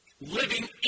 living